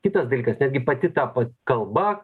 kitas dalykas netgi pati ta kalba